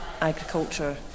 agriculture